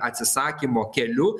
atsisakymo keliu